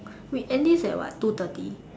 we end this at what two thirty